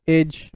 Edge